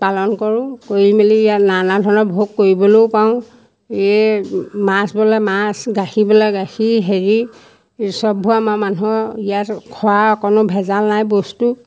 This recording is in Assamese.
পালন কৰোঁ কৰি মেলি ইয়াত নানা ধৰণৰ ভোগ কৰিবলৈও পাওঁ এই মাছ বোলে মাছ গাখীৰ বোলে গাখীৰ হেৰি সববোৰ আমাৰ মানুহৰ ইয়াত খোৱাৰ অকণ ভেজাল নাই বস্তু